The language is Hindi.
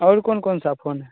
और कौन कौनसा फ़ोन है